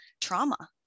trauma